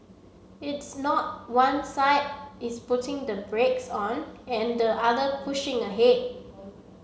it's not one side is putting the brakes on and the other pushing ahead